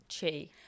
chi